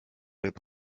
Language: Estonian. võib